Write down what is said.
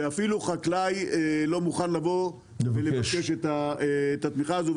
שאפילו חקלאי לא מוכן לבוא ולבקש את התמיכה הזו,